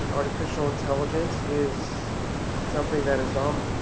artificial intelligence, is something that is. um